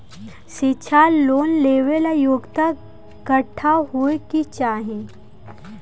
शिक्षा लोन लेवेला योग्यता कट्ठा होए के चाहीं?